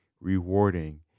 rewarding